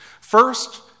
First